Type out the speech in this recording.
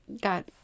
got